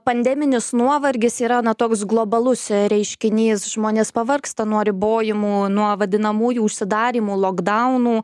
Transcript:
pandeminis nuovargis yra na toks globalus reiškinys žmonės pavargsta nuo ribojimų nuo vadinamųjų užsidarymų lokdaunų